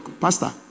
pastor